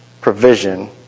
provision